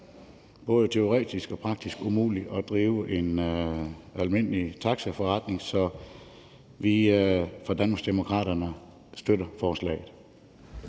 både teoretisk og praktisk umuligt at drive en almindelig taxaforretning, så vi fra Danmarksdemokraterne støtter forslaget.